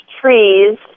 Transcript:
trees